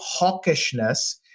hawkishness